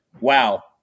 Wow